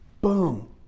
boom